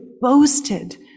boasted